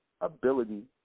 ability